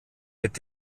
mit